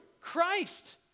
Christ